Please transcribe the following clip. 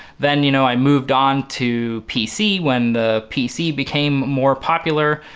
then you know i moved on to pc when the pc became more popular.